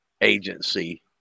agency